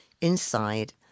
Inside